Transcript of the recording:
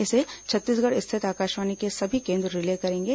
इसे छत्तीसगढ़ स्थित आकाशवाणी के सभी केंद्र रिले करेंगे